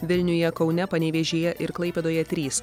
vilniuje kaune panevėžyje ir klaipėdoje trys